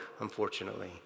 unfortunately